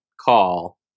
call